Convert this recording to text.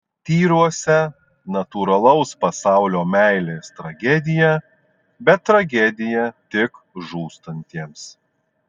tyruose natūralaus pasaulio meilės tragedija bet tragedija tik žūstantiems